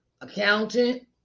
Accountant